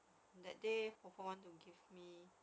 that day 婆婆 want to give me